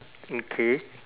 okay